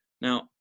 Now